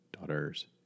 daughters